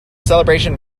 celebrations